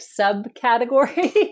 subcategory